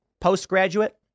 postgraduate